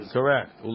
Correct